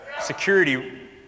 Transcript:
security